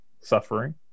suffering